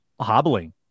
hobbling